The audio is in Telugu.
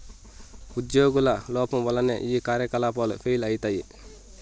ఉజ్యోగుల లోపం వల్లనే ఈ కార్యకలాపాలు ఫెయిల్ అయితయి